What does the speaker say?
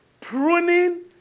pruning